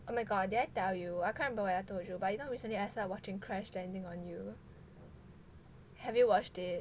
oh my god did I tell you I can't remember whether I told you but you know recently I started watching crash landing on you have you watched it